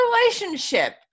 relationship